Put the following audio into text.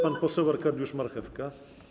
Pan poseł Arkadiusz Marchewka.